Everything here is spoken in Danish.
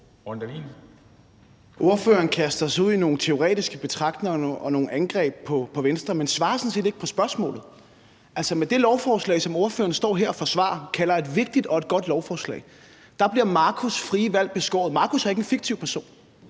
Ordføreren kaster sig ud i nogle teoretiske betragtninger og nogle angreb på Venstre, men svarer sådan set ikke på spørgsmålet. Med det lovforslag, som ordføreren står her og forsvarer og kalder et vigtigt og godt lovforslag, bliver Marcus' frie valg beskåret. Marcus er ikke en fiktiv person;